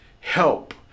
help